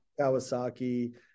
Kawasaki